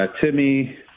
Timmy